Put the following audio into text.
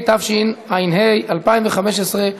התשע"ה 2015,